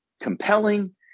compelling